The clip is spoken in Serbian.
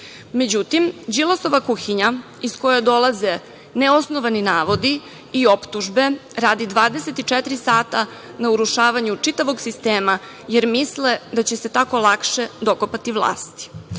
Međutim, Đilasova kuhinja iz koje dolaze neosnovani navodi i optužbe, radi 24 sata na urušavanju čitavog sistema, jer misle da će se tako lakše dokopati vlasti.